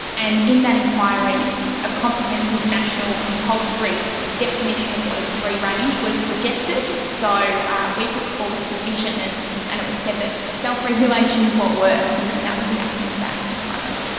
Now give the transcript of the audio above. and in that inquiry a comprehensive national compulsory definition of what is free range was rejected. so we put forward a submission and and it was said that self-regulation is what works and then that was the outcome of that inquiry.